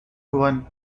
one